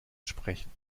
sprechen